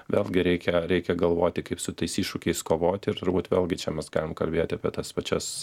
vėlgi reikia reikia galvoti kaip su tais iššūkiais kovoti ir turbūt vėlgi čia mes galim kalbėt apie tas pačias